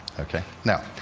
ok? now,